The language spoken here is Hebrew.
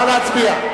נא להצביע.